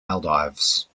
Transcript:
maldives